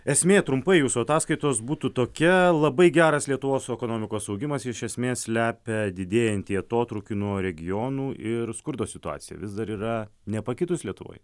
esmė trumpai jūsų ataskaitos būtų tokia labai geras lietuvos ekonomikos augimas iš esmės slepia didėjantį atotrūkį nuo regionų ir skurdo situacija vis dar yra nepakitus lietuvoj